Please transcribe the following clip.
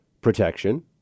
protection